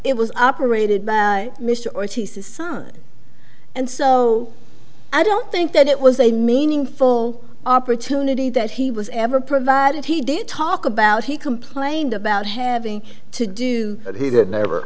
it was operated by mr ortiz his son and so i don't think that it was a meaningful opportunity that he was ever provided he did talk about he complained about having to do what he did never